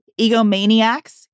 egomaniacs